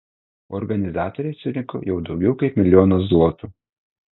organizatoriai surinko jau daugiau kaip milijoną zlotų